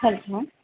hello